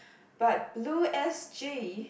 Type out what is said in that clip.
but Blue S_G